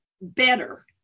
better